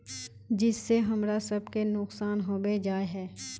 जिस से हमरा सब के नुकसान होबे जाय है?